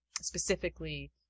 specifically